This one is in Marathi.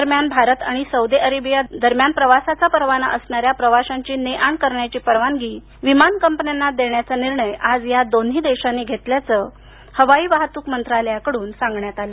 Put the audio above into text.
दरम्यान भारत आणि सौदी अरेबिया दरम्यान प्रवासाचा परवाना असणार्याण प्रवाशांची ने आण करण्याची परवानगी विमान कंपन्यांना देण्याचा निर्णय आज या दोन्ही देशांनी घेतल्याचं हवाई वाहतूक मंत्रालयाकडून सांगण्यात आलं